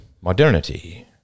modernity